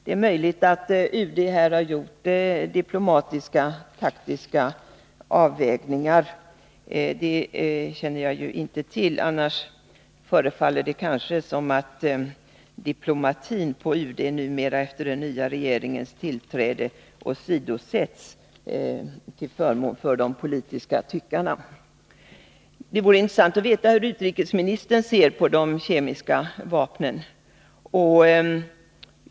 Det är möjligt att UD här har gjort diplomatiska och taktiska avvägningar — det känner jag ju inte till. Annars förefaller det kanske som om diplomatin på UD numera, efter den nya regeringens tillträde, åsidosätts till förmån för de politiska tyckarna. Det vore intressant att veta hur utrikesministern ser på de kemiska vapnen.